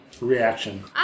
reaction